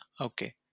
okay